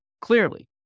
clearly